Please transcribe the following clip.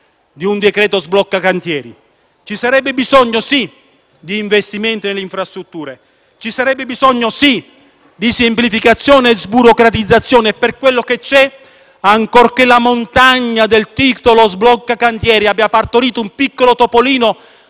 di un decreto sblocca-cantieri; ci sarebbe sì bisogno di investimenti nelle infrastrutture; ci sarebbe sì bisogno di semplificazione e sburocratizzazione e per quello che c'è, ancorché la montagna del titolo - sblocca-cantieri - abbia partorito un piccolo topolino,